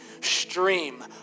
stream